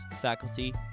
faculty